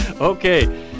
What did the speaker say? Okay